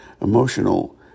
emotional